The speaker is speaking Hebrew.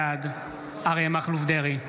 בעד אריה מכלוף דרעי,